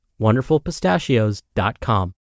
wonderfulpistachios.com